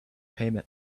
payment